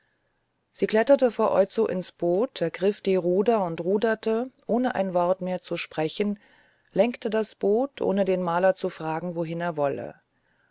sie kletterte vor oizo ins boot ergriff die ruder und ruderte ohne ein wort mehr zu sprechen lenkte das boot ohne den maler zu fragen wohin er wolle